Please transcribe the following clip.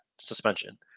suspension